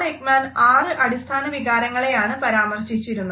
ആരംഭത്തിൽ Paul Ekman ആറ് അടിസ്ഥാന വികാരങ്ങളെയാണ് പരാമർശിച്ചിരുന്നത്